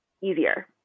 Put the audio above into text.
easier